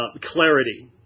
clarity